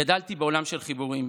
גדלתי בעולם של חיבורים.